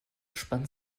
spannt